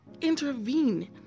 intervene